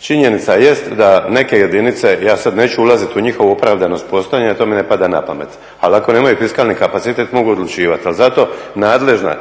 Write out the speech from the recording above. Činjenica jest da neke jedinice ja sada neću ulaziti u njihovu opravdanost postojanja jer to mi ne pada na pamet ali ako nemaju fiskalni kapacitet mogu odlučivati, ali zato nadležna